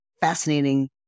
fascinating